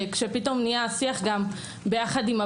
שפתאום היה שיח עם הבנים,